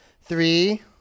Three